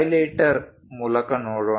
highlighter ಮೂಲಕ ನೋಡೋಣ